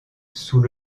sous